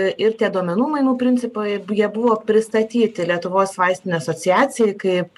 ir tie duomenų mainų principai jie buvo pristatyti lietuvos vaistinių asociacijai kaip